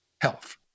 health